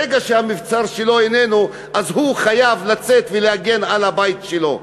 ברגע שהמבצר שלו איננו הוא חייב לצאת ולהגן על הבית שלו,